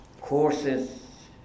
courses